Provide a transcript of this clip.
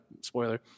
spoiler